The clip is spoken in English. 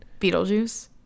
Beetlejuice